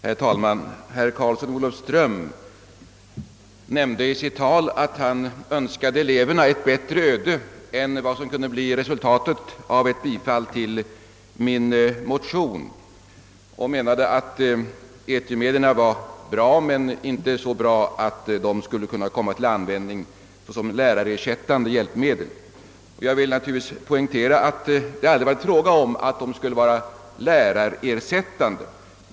Herr talman! Herr Karlsson i Olofström sade att han önskade eleverna ett bättre öde än vad som bleve resultatet av ett bifall till min motion. Han menade också att etermedierna är bra men inte så bra att de kan ersätta lärarna. Då vill jag poängtera att det aldrig har varit fråga om att de skulle vara lärarersättande.